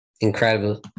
Incredible